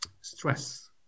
stress